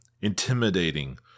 intimidating